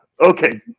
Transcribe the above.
Okay